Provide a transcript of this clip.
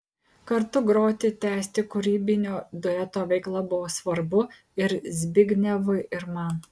kartu groti tęsti kūrybinio dueto veiklą buvo svarbu ir zbignevui ir man